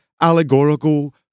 allegorical